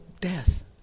death